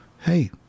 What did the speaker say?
hey